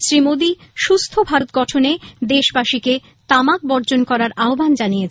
শ্রী মোদী সুস্থ ভারত গঠনে দেশবাসীকে তামাক বর্জন করার আহ্বান জানিয়েছেন